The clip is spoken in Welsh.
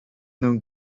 nhw